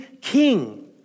king